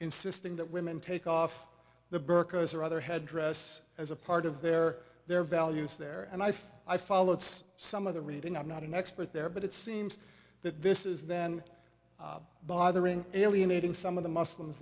insisting that women take off the burkas or other headdress as a part of their their values there and i think i followed some of the reading i'm not an expert there but it seems that this is then bothering alienating some of the muslims